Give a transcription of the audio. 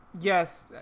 Yes